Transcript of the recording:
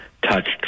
Touched